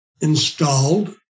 installed